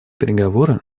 переговоры